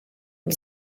the